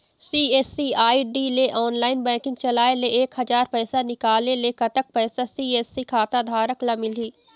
CSC ID ले online banking चलाए ले एक हजार पैसा निकाले ले कतक पैसा सी.एस.सी खाता धारक ला मिलही?